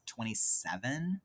27